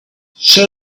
show